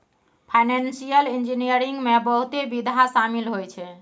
financial engineering में बहुते विधा शामिल होइ छै